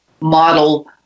model